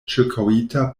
ĉirkaŭita